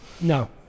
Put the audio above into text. no